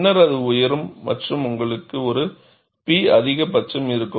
பின்னர் அது உயரும் மற்றும் உங்களுக்கு ஒரு P அதிகபட்சம் இருக்கும்